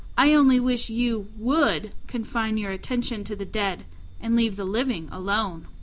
i only wish you would confine your attention to the dead and leave the living alone.